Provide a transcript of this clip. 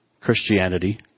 Christianity